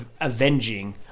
avenging